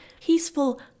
peaceful